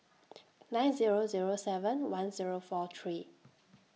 nine Zero Zero seven one Zero four three